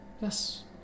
Yes